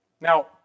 Now